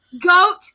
Goat